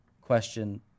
question